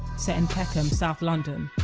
set in peckham, south london,